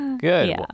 Good